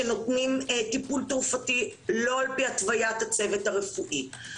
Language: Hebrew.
שנותנים טיפול תרופתי לא על פי התוויית הצוות הרפואי.